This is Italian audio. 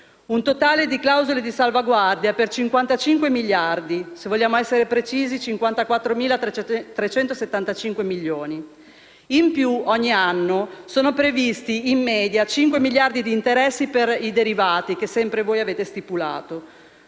un totale di clausole di salvaguardia per 55 miliardi di euro (se vogliamo essere precisi, 54.375 milioni). Inoltre, ogni anno sono previsti, in media, 5 miliardi di interessi per i derivati che sempre voi avete stipulato,